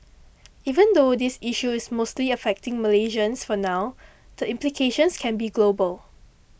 even though this issue is mostly affecting Malaysians for now the implications can be global